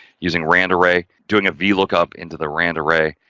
using rand array, doing a vlookup into the rand array.